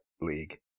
league